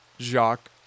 Jacques